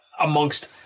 amongst